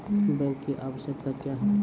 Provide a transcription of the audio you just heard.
Bank की आवश्यकता क्या हैं?